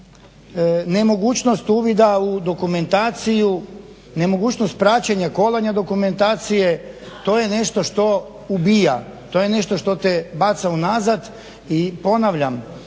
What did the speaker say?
nemogućnost uvida u dokumentaciju, nemogućnost praćenja kolanja dokumentacije to je nešto što ubija, to je nešto što te baca unazad. I ponavljam